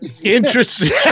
Interesting